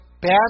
Bad